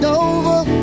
over